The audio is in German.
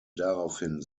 daraufhin